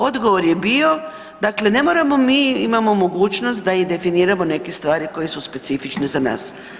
Odgovor je bio, dakle ne moramo mi, imamo mogućnost da i definiramo neke stvari koje su specifične za nas.